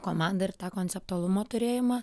komandą ir tą konceptualumo turėjimą